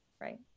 right